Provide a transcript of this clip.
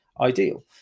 ideal